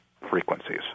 frequencies